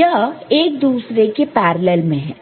यह एक दूसरे के पैरॅलल् में है